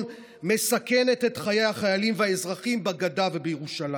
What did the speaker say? מסכנת את חיי החיילים והאזרחים בגדה ובירושלים.